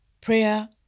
prayer